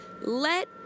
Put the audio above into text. let